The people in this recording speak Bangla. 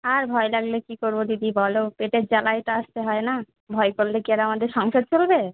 আর ভয় লাগলে কী করবো দিদি বলো পেটের জ্বালায় তো আসতে হয় না ভয় করলে কি আর আমাদের সংসার চলবে